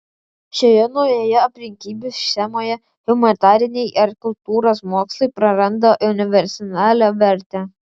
šioje naujoje aplinkybių schemoje humanitariniai ar kultūros mokslai praranda universalią vertę